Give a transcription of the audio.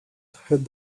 had